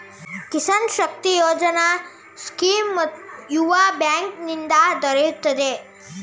Kisan Shakti Yojana scheme ಯಾವ bank ನಿಂದ ದೊರೆಯುತ್ತದೆ?